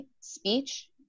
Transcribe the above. speech